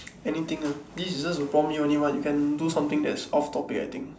anything ah this is just to prompt you only [one] what you can do something that's off-topic I think